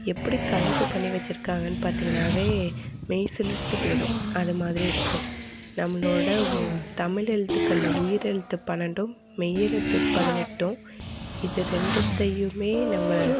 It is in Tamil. எப்படி கணக்கு பண்ணி வச்சிருக்காங்கன் பார்த்திங்கனாவே மெய் சிலிர்த்து போய்டும் அது மாதிரி இருக்கும் நம்மளோட உவ தமிழ் எழுத்துக்களில் உயிர் எழுத்து பன்னெண்டும் மெய்யெழுத்து பதினெட்டும் இது ரெண்டத்தையுமே நம்ம